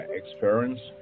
experience